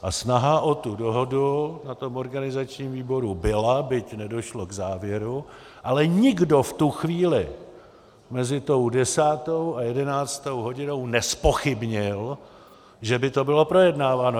A snaha o tu dohodu na tom organizačním výboru byla, byť nedošlo k závěru, ale nikdo v tu chvíli mezi tou desátou a jedenáctou hodinou nezpochybnil, že by to bylo projednáváno.